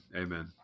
amen